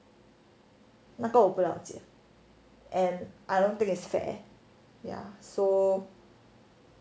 那个我不了解 and I don't think it's fair ya so